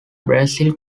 brazil